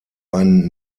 einen